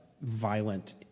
violent